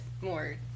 more